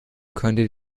könntet